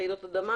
כמו רעידות אדמה